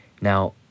Now